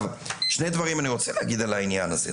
שני דברים אני רוצה להגיד על העניין הזה.